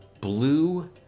blue